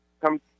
come